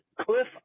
Cliff